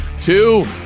Two